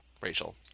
Rachel